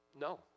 no